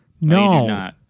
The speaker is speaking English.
No